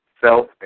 self